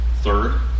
Third